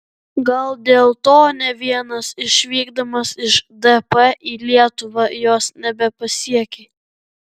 gal dėl to ne vienas išvykdamas iš dp į lietuvą jos nebepasiekė